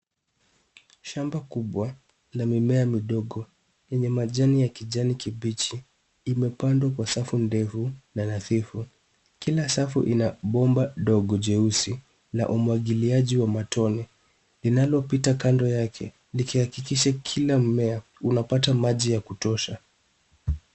Shamba kubwa la mimea midogo yenye majani ya kijani kibichi imepandwa kwa safu ndefu na nadhifu. Kila safu ina bomba dogo jeusi la umwagiliaji wa matone linalopita kando yake likihakikisha kila mmea unapata maji ya kutosha.